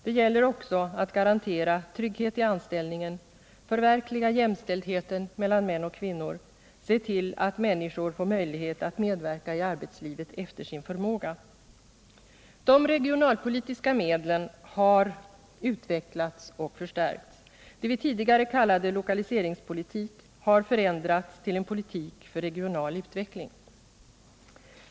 Det gäller också att garantera trygghet i anställningen, förverkliga jämställdheten mellan män och kvinnor, se till att människor får möjlighet att medverka i arbetslivet efter sin förmåga. De regionalpolitiska medlen har utvecklats och förstärkts. Det vi tidigare kallade lokaliseringspolitik har förändrats till en politik för regional utveckling.